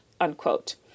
unquote